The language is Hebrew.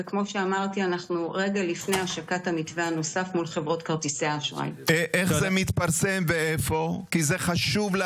לא רצינו את הטבח הזה, לא רצינו את